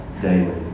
daily